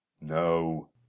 No